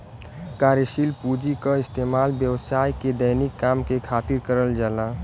कार्यशील पूँजी क इस्तेमाल व्यवसाय के दैनिक काम के खातिर करल जाला